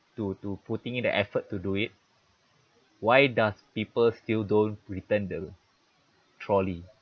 to to putting in the effort to do it why does people still don't return the trolley